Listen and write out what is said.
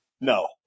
No